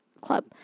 Club